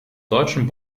deutschen